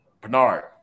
Bernard